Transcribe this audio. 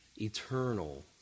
eternal